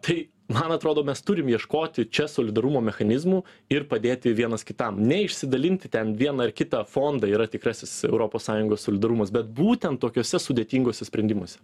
tai man atrodo mes turim ieškoti čia solidarumo mechanizmų ir padėti vienas kitam ne išsidalinti ten vieną ar kitą fondą yra tikrasis europos sąjungos solidarumas bet būtent tokiose sudėtingose sprendimuose